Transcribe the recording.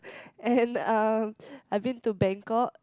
and um I've been to Bangkok